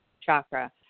chakra